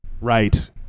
right